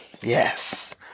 Yes